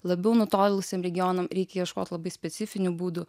labiau nutolusiem regionam reikia ieškot labai specifinių būdų